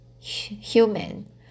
human